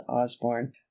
osborne